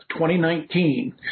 2019